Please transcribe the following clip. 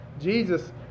Jesus